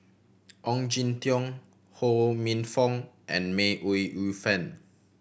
Ong Jin Teong Ho Minfong and May Ooi Yu Fen